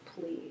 Please